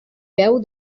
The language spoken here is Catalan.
veu